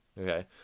Okay